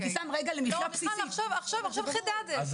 מיכל, עכשיו חידדת.